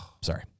sorry